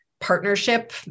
partnership